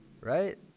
Right